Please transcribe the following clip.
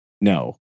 No